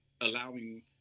allowing